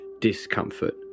discomfort